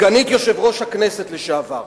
סגנית יושב-ראש הכנסת לשעבר,